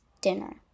dinner